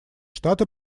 штаты